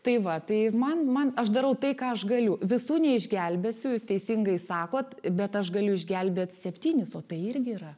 tai va tai man man aš darau tai ką aš galiu visų neišgelbėsiu jūs teisingai sakot bet aš galiu išgelbėt septynis o tai irgi yra